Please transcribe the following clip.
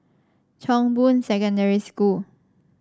Chong Boon Secondary School